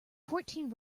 fourteen